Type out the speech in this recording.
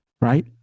right